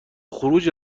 خروج